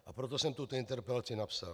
A proto jsem tuto interpelaci napsal.